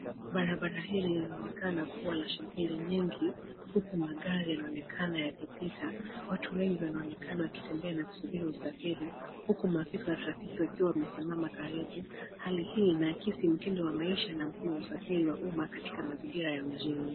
Barabara hili linaonekana kuwa la shughuli nyingi ,huku magari yanaonekana yakipita, watu wengi wanaonekana wakitembea na kusubiri usafiri, huku maafisa wa traffiki wakiwa wamesimama karibu, hali hii inaakisi mtindo wa maisha na mfumo wa usafiri wa umma katika mazingira ya mjini.